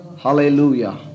hallelujah